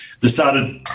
decided